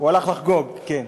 הוא הלך לחגוג, כן.